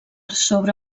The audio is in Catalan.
sobre